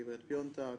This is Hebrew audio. גברת פיוטנק,